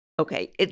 Okay